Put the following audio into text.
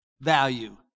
value